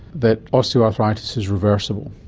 that osteoarthritis is reversible?